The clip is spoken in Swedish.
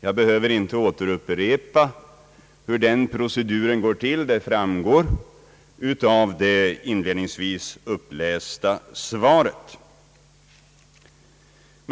Jag behöver inte upprepa hur den proceduren går till; det framgår av det inledningsvis upplästa svaret.